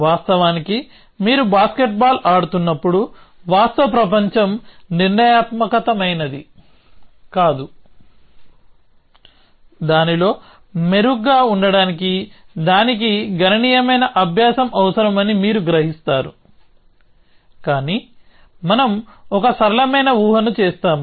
వాస్తవానికి మీరు బాస్కెట్బాల్ ఆడుతున్నప్పుడు వాస్తవ ప్రపంచం నిర్ణయాత్మకమైనది కాదు దానిలో మెరుగ్గా ఉండటానికి దానికి గణనీయమైన అభ్యాసం అవసరమని మీరు గ్రహిస్తారు కానీ మనం ఒక సరళమైన ఊహను చేస్తాము